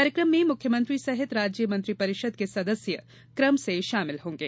कार्यक्रम में मुख्यमंत्री सहित राज्य मंत्रि परिषद के सदस्य क्रम से शामिल होंगे